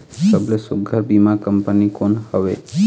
सबले सुघ्घर बीमा कंपनी कोन हवे?